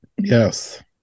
yes